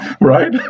Right